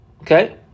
Okay